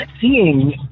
seeing